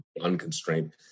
unconstrained